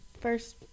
First